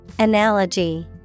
Analogy